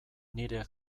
nire